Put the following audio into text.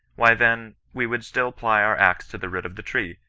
why then, we would still ply our axe to the root of the tree,